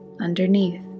underneath